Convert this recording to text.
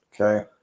Okay